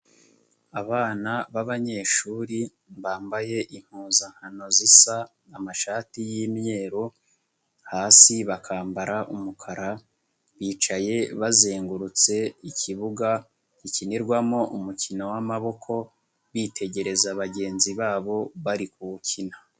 Abana b'abanyeshuri bambaye impuzankano zisa, amashati y'imyeru, hasi bakambara umukara, bicaye bazengurutse ikibuga gikinirwamo umukino w'amaboko, bitegereza bagenzi babo bari kuwukina.